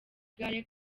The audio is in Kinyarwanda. gare